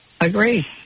Agree